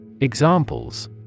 Examples